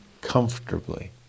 comfortably